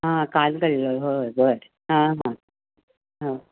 हां काल कळलं हो हो बरं हां हां हो